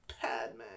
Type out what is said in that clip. Padme